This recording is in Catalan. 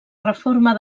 reforma